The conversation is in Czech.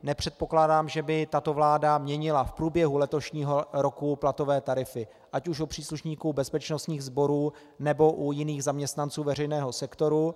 Nepředpokládám, že by tato vláda měnila v průběhu letošního roku platové tarify ať už u příslušníků bezpečnostních sborů, nebo u jiných zaměstnanců veřejného sektoru.